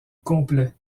complet